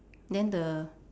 then the